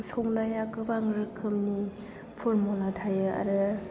संनायाव गोबां रोखोमनि फर्मुला थायो आरो